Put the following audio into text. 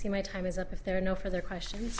see my time is up if there are no further questions